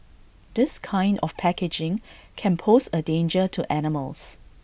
this kind of packaging can pose A danger to animals